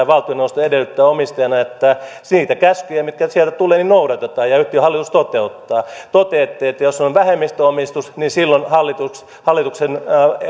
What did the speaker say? valtioneuvosto edellyttää omistajana että niitä käskyjä mitkä sieltä tulevat noudatetaan ja ja yhtiön hallitus toteuttaa toteatte että jos on vähemmistöomistus silloin hallituksen